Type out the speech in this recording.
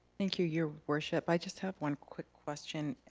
thank you your worship, i just have one quick question.